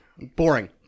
boring